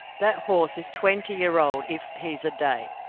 that horse is twenty year old if he's a day.